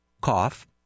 cough